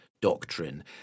doctrine